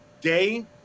day